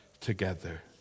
together